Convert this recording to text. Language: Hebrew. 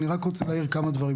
אני רק רוצה להעיר כמה דברים,